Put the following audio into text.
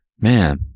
Man